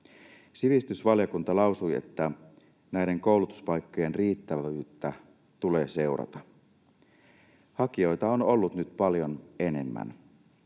Sivistysvaliokunta lausui, että näiden koulutuspaikkojen riittävyyttä tulee seurata. Hakijoita on ollut nyt paljon enemmän.